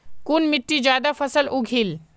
कुन मिट्टी ज्यादा फसल उगहिल?